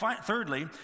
thirdly